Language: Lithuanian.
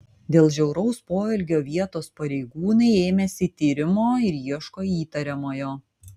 dėl žiauraus poelgio vietos pareigūnai ėmėsi tyrimo ir ieško įtariamojo